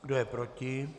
Kdo je proti?